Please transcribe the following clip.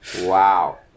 Wow